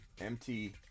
MT